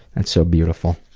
that's so beautiful.